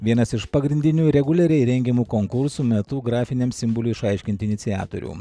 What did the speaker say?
vienas iš pagrindinių reguliariai rengiamų konkursų metu grafiniam simbolių išaiškinti iniciatorių